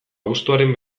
abuztuaren